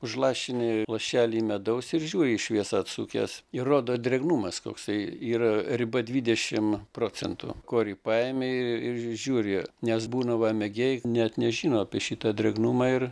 užlašini lašelį medaus ir žiūri į šviesą atsukęs ir rodo drėgnumas koksai yra riba dvidešimt procentų korį paėmei ir žiūri nes būna va mėgėjų net nežino apie šitą drėgnumą ir